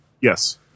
Yes